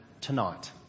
tonight